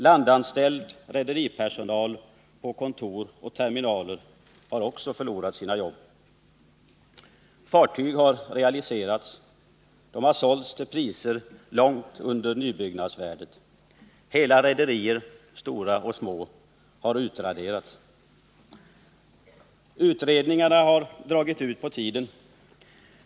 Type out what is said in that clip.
Landanställd rederipersonal på kontor och terminaler har också förlorat sina jobb. Fartyg har realiserats. De har sålts till priser långt under nybyggnadsvärdet. Hela rederier — stora och små — har utraderats. Utredningarna har dragit ut på tiden.